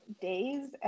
days